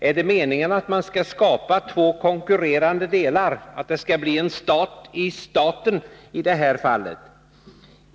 Är det meningen att man skall skapa två konkurrerande delar, att det skall bli en stat i staten i det här fallet?